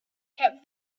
kept